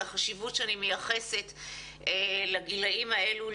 על החשיבות שאני מייחסת לגילים האלו,